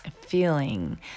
feeling